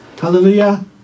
hallelujah